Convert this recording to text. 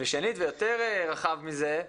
שנית ויותר רחב מזה,